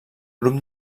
grup